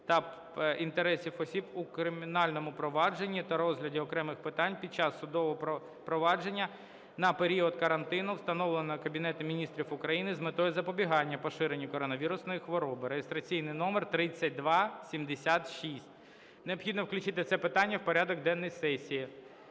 та інтересів осіб у кримінальному провадженні та розгляду окремих питань під час судового провадження на період карантину, встановленого Кабінетом Міністрів України з метою запобігання поширенню коронавірусної хвороби (реєстраційний номер 3276). Необхідно включити це питання в порядок денний сесії.